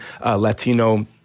Latino